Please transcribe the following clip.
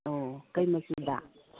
ꯑꯣ ꯀꯔꯤ ꯃꯆꯨꯗ